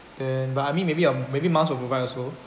and but I mean maybe your maybe mums will provide also